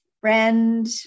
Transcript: friend